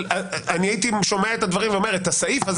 הייתי שומע את הדברים ואומר: את הסעיף הזה